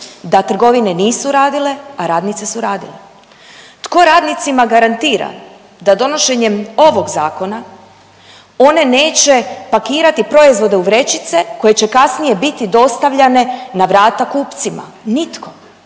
da trgovine nisu radile, a radnice su radile. Tko radnicima garantira da donošenjem ovog zakona one neće pakirati proizvode u vrećice koje će kasnije biti dostavljane na vrata kupcima? Nitko